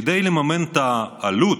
כדי לממן את העלות,